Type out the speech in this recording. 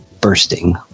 bursting